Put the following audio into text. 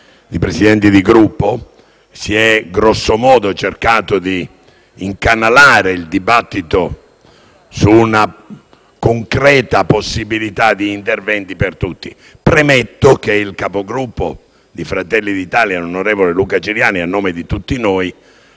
Vice Presidenti. Grosso modo si è cercato di incanalare il dibattito su una concreta possibilità di interventi per tutti. Premetto che il capogruppo di Fratelli d'Italia, senatore Luca Ciriani, a nome di tutti noi